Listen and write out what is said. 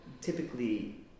typically